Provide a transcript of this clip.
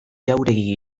jauregi